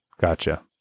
gotcha